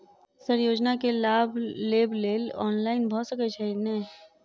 Sir योजना केँ लाभ लेबऽ लेल ऑनलाइन भऽ सकै छै नै?